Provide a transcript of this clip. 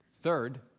Third